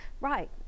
right